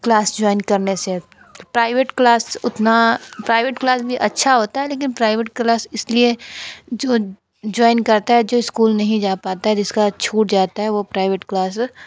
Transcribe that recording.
class join करने से private class उतना प्राइवेट क्लास भी अच्छा होता है लेकिन प्राइवेट क्लास इसलिए जो जॉइन करता है जो स्कूल नहीं जा पाता है जिसका छूट जाता है वह प्राइवेट क्लास